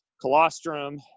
colostrum